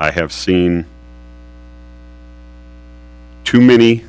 i have seen too many